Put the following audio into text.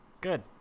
Good